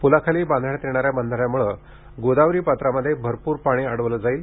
पुलाखाली बांधण्यात येणाऱ्या बंधाऱ्यामुळे गोदावरी पात्रामध्ये भरपूर पाणी अडवले जाणार आहे